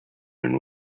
and